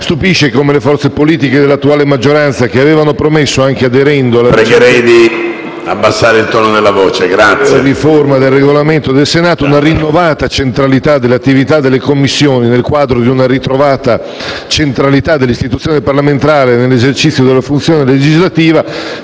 Stupisce come le forze politiche dell'attuale maggioranza, che avevano promesso, anche aderendo alla riforma del Regolamento del Senato, una rinnovata centralità dell'attività delle Commissioni nel quadro di una ritrovata centralità dell'istituzione parlamentare nell'esercizio della funzione legislativa,